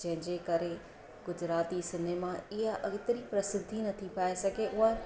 जंहिंजे करे गुजराती सिनेमा इहा अॻिते प्रसिद्धी नथी पाए सघे उहा